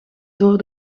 door